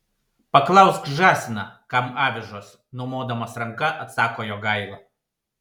paklausk žąsiną kam avižos numodamas ranka atsako jogaila